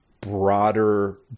broader